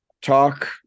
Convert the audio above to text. talk